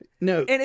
No